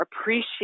appreciate